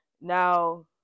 now